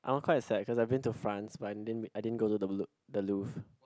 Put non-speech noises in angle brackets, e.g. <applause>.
I'm quite sad cause I've been to France but I din~ didn't go to the <noise> the Louvre